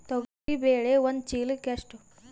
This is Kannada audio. ತೊಗರಿ ಬೇಳೆ ಒಂದು ಚೀಲಕ ಎಷ್ಟು?